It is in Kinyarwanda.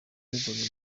gutegura